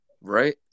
Right